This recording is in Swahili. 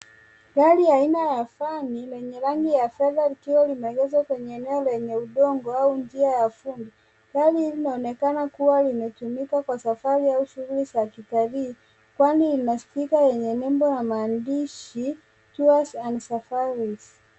Gari aina ya vani lenye rangi ya fedha likiwa limeegeshwa kwenye eneo lenye udongo au njia ya vumbi, gari hili linaonekana kua imetumika kwa safari au shughuli za kitalii kwani ina stika yenye nembo ya maandishi Tours and Safaris.